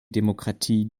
demokratie